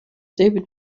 david